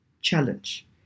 Challenge